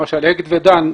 למשל אגד ודן,